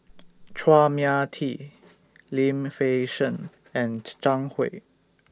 Chua Mia Tee Lim Fei Shen and Zhang Hui